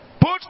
Put